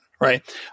right